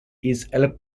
warfare